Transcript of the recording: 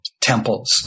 temples